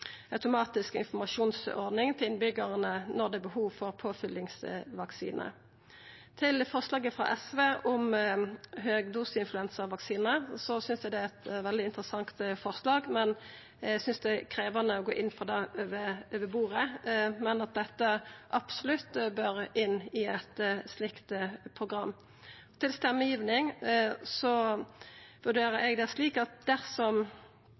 automatisk informasjonsordning til innbyggjarane når det er behov for påfyllingsvaksine. Til forslaget frå SV om høgdoseinfluensavaksine: Vi synest det er eit veldig interessant forslag, men eg synest det er krevjande å gå inn for det over bordet. Men dette bør absolutt inn i eit slikt program. Til stemmegivinga: Eg vurderer det slik at dersom